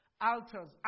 altars